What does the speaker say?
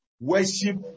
worship